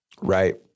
Right